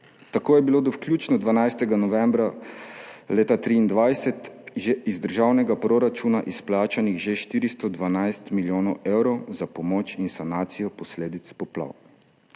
Tako je bilo do vključno 12. novembra leta 2023 iz državnega proračuna izplačanih že 412 milijonov evrov za pomoč in sanacijo posledic poplav.